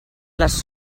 les